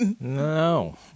No